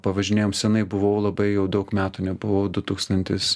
pavažinėjom senai buvau labai jau daug metų nebuvau du tūkstantis